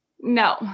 No